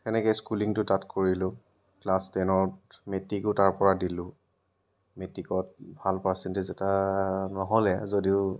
এনেকৈ স্কুলিংটো তাত কৰিলো ক্লাছ টেনৰ মেট্ৰিকো তাৰপৰা দিলোঁ মেট্ৰিকত ভাল পাৰ্চেণ্টেজ এটা নহ'লে যদিও